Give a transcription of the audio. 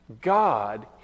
God